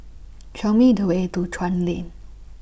Show Me The Way to Chuan Lane